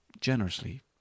generously